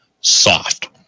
soft